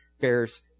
bears